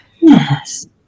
Yes